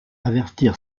avertir